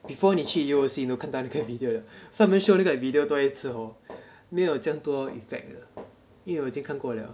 before 你去 U_O_C 你可以看到那个 video 的 so 他们 like show video 多一次 hor 没有这样多 effect 了因为我已经看过了